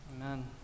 Amen